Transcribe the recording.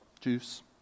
juice